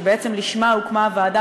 שבעצם לשמה הוקמה הוועדה,